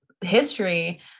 history